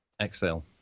Excel